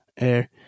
air